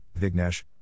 Vignesh